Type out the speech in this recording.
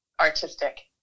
artistic